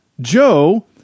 Joe